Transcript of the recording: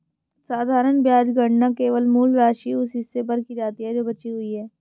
साधारण ब्याज गणना केवल मूल राशि, उस हिस्से पर की जाती है जो बची हुई है